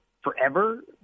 forever